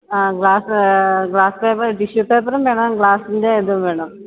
അ glass glass paper tissue പേപ്പറും വേണം ഗ്ലാസിൻ്റെ ഇതും വേണം